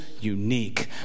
unique